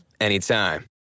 anytime